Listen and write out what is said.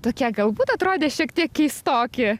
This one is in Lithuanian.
tokie galbūt atrodė šiek tiek keistoki